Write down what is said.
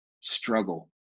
struggle